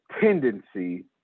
tendency